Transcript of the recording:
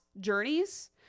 journeys